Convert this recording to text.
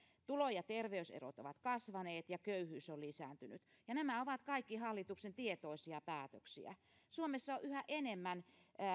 tulo ja terveyserot ovat kasvaneet ja köyhyys on lisääntynyt ja nämä ovat kaikki hallituksen tietoisia päätöksiä suomessa on yhä enemmän